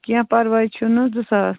کیٚنٛہہ پَرواے چھُنہٕ زٕ ساس